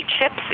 chips